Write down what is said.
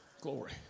Glory